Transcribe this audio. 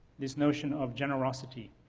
this notion of generosity.